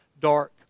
dark